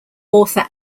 author